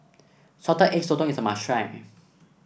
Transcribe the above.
Salted Egg Sotong is a must try